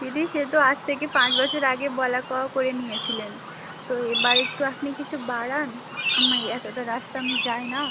দিদি সে তো আজ থেকে পাঁচ বছর আগে বলা কওয়া করে নিয়েছিলেন তো এবার একটু আপনি কিছু বাড়ান আমি এতোটা রাস্তা আমি যাই না